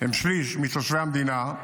הם שליש מתושבי המדינה,